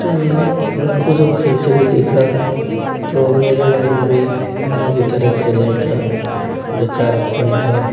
तो मैंने इन को जब खेलते हुए देखा तो मेरे मन में भी उन्हीं की तरह खेलने का विचार उत्पन्न हुआ